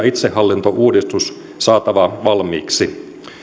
itsehallintouudistus saatava valmiiksi